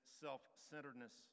self-centeredness